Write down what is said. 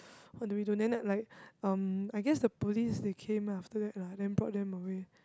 what do we do then lah like um I guess the police they came after that lah then brought them away